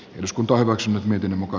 eduskunta hyväksynyt miten muka